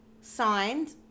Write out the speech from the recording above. Signed